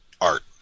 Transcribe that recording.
art